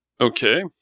Okay